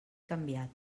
canviat